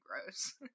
gross